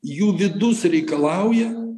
jų vidus reikalauja